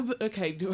Okay